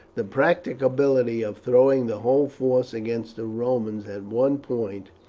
the practicability of throwing the whole force against the romans at one point,